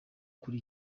kuri